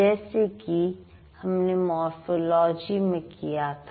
जैसा की हमने मोरफ़ोलॉजी में किया था